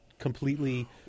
Completely